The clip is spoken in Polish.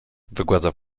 wygładza